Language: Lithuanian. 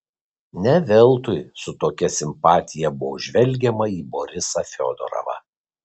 ne veltui su tokia simpatija buvo žvelgiama į borisą fiodorovą